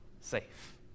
safe